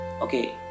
Okay